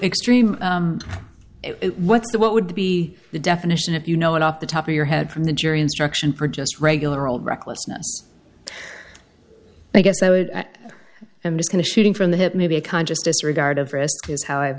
extreme what's the what would be the definition of you know off the top of your head from the jury instruction for just regular old recklessness i guess i would i'm just going to shooting from the hip maybe a conscious disregard of risk is how i